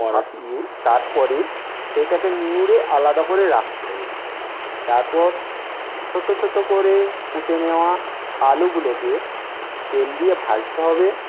ভাপিয়ে তারপরে সেটাকে নিংড়ে আলাদা করে রাখতে হবে তারপর ছোটো ছোটো করে কুটে নেওয়া আলুগুলোকে তেল দিয়ে ভাজতে হবে